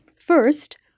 First